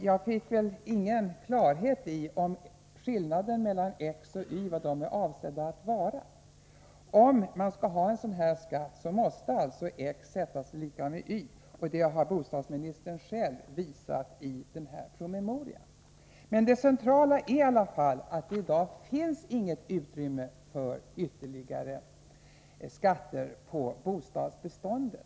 Jag fick ingen klarhet i vad skillnaden mellan X och Y var avsedd att bli. Om man skall ha en sådan här skatt, så måste X vara lika med Y. Det har bostadsministern själv visat i proposition 1982/83:50. Det centrala är i alla fall att det i dag inte finns något utrymme för ytterligare skatter på det privatägda bostadsbeståndet.